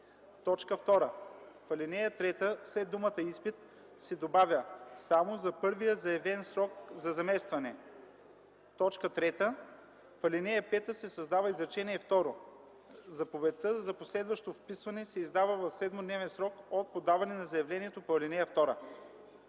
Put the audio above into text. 2. В ал. 3 след думата „изпит” се добавя „само за първия заявен срок за заместване”. 3. В ал. 5 се създава изречение второ: „Заповедта за последващо вписване се издава в 7-дневен срок от подаване на заявлението по ал.